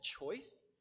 Choice